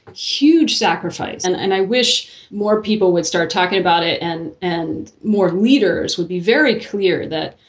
huge sacrifice. and and i wish more people would start talking about it and and more leaders would be very clear that,